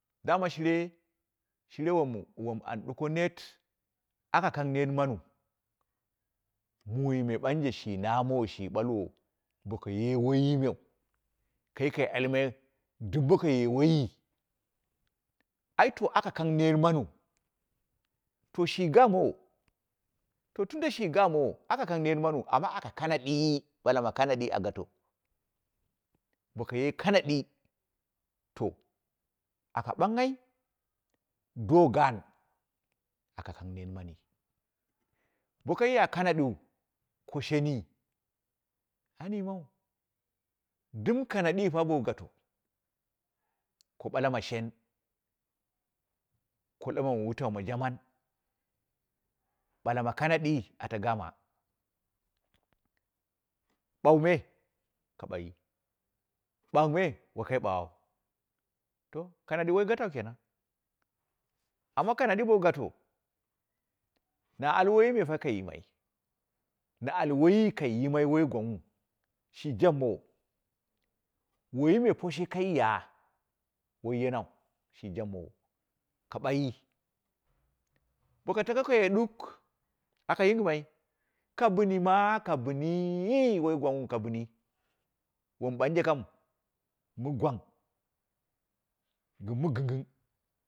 Dama shire, shire wom, wom an diko neet aka kang neet mamu, mume banji shi namowo shi ɓulwo, bokaye waimiu kai ka almai dumbi kaye waiyi aito aka kang neer maniu, to shi gaa miwo, to tunda shi gamowo allan kang neer maniu, to shi gaa miwo, to tunda shi gamowo allan kang neer mamiu, amma aka kanaɗi, balama kanadi, a gato bokaye ƙanadi to aka banghai do gaen akan neet maai, bakai ya kamadin, ko shengi an yimae, dim kanadii ta bo gato ko bala ma shen, ko ɓala ma waituu ma jaman, ɓalamu kanadii ata gama ɓagh me ka ɓaghi, ɓugh me wakai ɓaghau, to kanadi woi gatau kenan, amma kanaɗi bo gate na al waimeta kai yimai, na al wai kai yimai wai gwang wu shi jabmawo, waime poshe kai ya wai yamau shi jabmowo, ka ɓaghi, baka tako kaye duk, aka yingimai, ka bɨni ma ka bɨni wai gwanu ka bɨni, wan bunje kam mɨ gwang gɨn mɨ gɨngɨn.